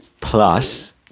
Plus